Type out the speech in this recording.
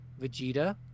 Vegeta